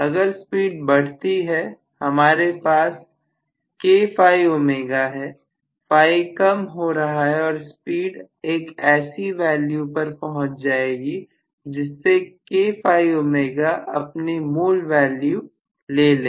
अगर स्पीड बढ़ती है हमारे पास kφω है φ कम हो रहा है और स्पीड एक ऐसी वैल्यू पर पहुंच जाएगा जिससे kφω अपने मूल वैल्यू ले लेगा